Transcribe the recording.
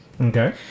Okay